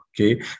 Okay